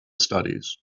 studies